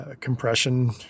compression